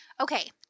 okay